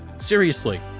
seriously!